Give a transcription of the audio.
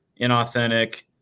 inauthentic